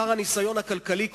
חסר הניסיון הכלכלי,